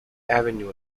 avenue